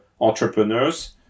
entrepreneurs